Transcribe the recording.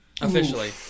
Officially